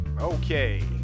Okay